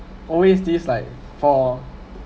always this like for